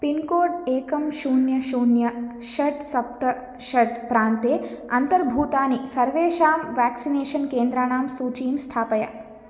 pincode एकं शून्यं शून्यं षट् सप्त षट् प्रान्ते अन्तर्भूतानां सर्वेषां व्याक्सिनेषन् केन्द्राणां सूचीं स्थापय